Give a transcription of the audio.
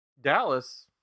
Dallas